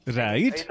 right